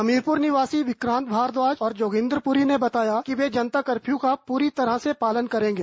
हमीरपुर निवासी विक्रांत भारद्वाज और जोगिंद्र पुरी ने बताया कि वे जनता कफ़र्यू का पूरी तरह पालन करेंगे